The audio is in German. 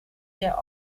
der